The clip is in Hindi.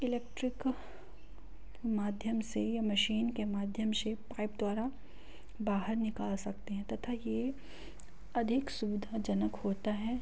इलेक्ट्रिक के माध्यम से या मशीन के माध्यम से पाइप द्वारा बाहर निकाल सकते हैं तथा ये अधिक सुविधाजनक होता है